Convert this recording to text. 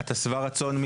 אתה שבע רצון?